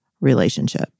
relationship